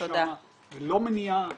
ולא מניעה,